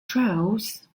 trials